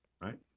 Right